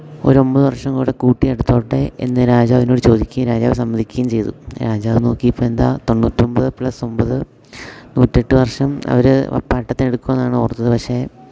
ഒരു ഒൻപത് വർഷം കൂടെ കൂട്ടിയെടുത്തോട്ടെ എന്ന് രാജാവിനോട് ചോദിക്കയും രാജാവ് സമ്മതിക്കേം ചെയ്തു രാജാവ് നോക്കി ഇപ്പം എന്താ തൊണ്ണൂറ്റി ഒൻപത് പ്ലസ് ഒൻപത് നൂറ്റി എട്ട് വർഷം അവർ അപ്പാട്ടത്തിനെടുക്കുവാന്നാണ് ഓർത്തത് പക്ഷേ